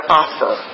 offer